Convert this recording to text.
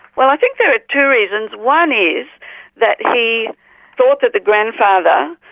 well, i think there are two reasons. one is that he thought that the grandfather,